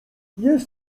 jest